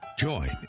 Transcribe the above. Join